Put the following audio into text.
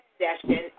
session